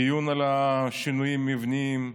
דיון על השינויים המבניים,